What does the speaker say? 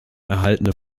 erhaltene